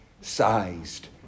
sized